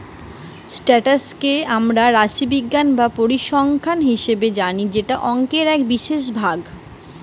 status কে মোরা রাশিবিজ্ঞান বা পরিসংখ্যান হিসেবে জানি যেটা অংকের এক বিশেষ ভাগ